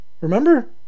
Remember